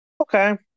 Okay